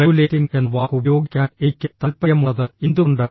regulating എന്ന വാക്ക് ഉപയോഗിക്കാൻ എനിക്ക് താൽപ്പര്യമുള്ളത് എന്തുകൊണ്ട്